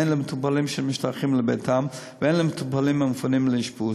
הן של מטופלים שמשתחררים לביתם והן של מטופלים המופנים לאשפוז.